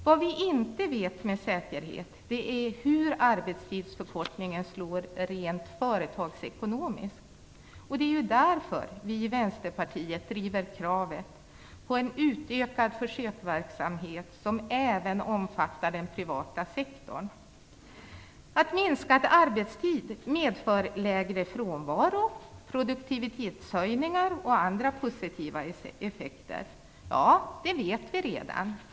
Vad vi inte vet med säkerhet är hur arbetstidsförkortningen slår rent företagsekonomiskt. Det är därför vi i Vänsterpartiet driver kravet på en utökad försöksverksamhet som även omfattar den privata sektorn. Att minskad arbetstid medför lägre frånvaro, produktivitetshöjningar och andra positiva effekter vet vi redan.